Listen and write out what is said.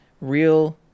real